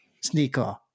sneaker